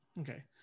Okay